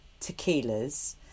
tequilas